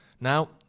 Now